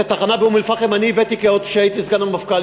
את התחנה באום-אלפחם אני הבאתי עוד כשהייתי סגן המפכ"ל,